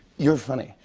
you're funny,